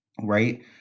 right